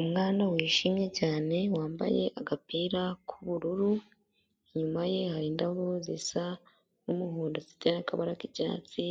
Umwana wishimye cyane wambaye agapira k'ubururu, inyuma ye hari indabyo zisa nk'umuhondo zifite n'akabara k'icyatsi,